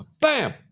Bam